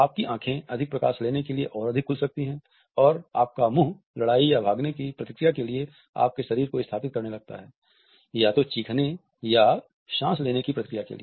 आपकी आँखें अधिक प्रकाश लेने के लिए और अधिक खुल जाती हैं और आपका मुंह लड़ाई या भागने की प्रतिक्रिया के लिए आपके शरीर को स्थापित करने लगता है या तो चीखने या साँस लेने की प्रतिक्रिया के लिए